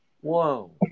Whoa